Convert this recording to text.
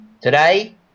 Today